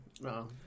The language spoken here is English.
No